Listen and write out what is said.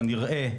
כנראה,